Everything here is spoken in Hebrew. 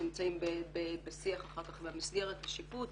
נמצאים בשיח אחר כך עם המסגרת לשיפוץ,